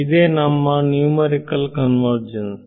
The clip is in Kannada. ಇದೇ ನಮ್ಮ ನ್ಯೂಮರಿಕಲ್ ಕನ್ವರ್ಜನ್ಸ್